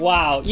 Wow